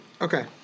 Okay